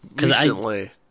Recently